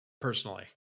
personally